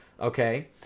okay